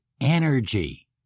energy